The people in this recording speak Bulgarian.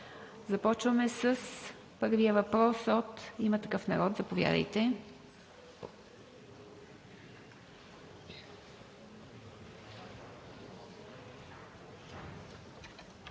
Започваме с първия въпрос от „Има такъв народ“. Заповядайте.